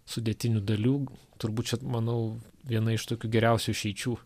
sudėtinių dalių turbūt čia manau viena iš tokių geriausių išeičių